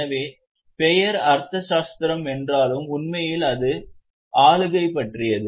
எனவே பெயர் அர்த்தசாஸ்திரம் என்றாலும் உண்மையில் அது ஆளுகை பற்றியது